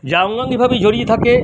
যা অঙ্গাঙ্গিভাবে জড়িয়ে থাকে